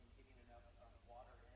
keeping enough water